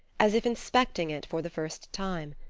as if inspecting it for the first time.